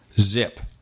Zip